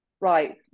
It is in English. right